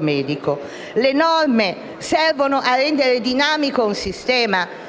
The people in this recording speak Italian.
medico. Le norme servono a rendere dinamico un sistema.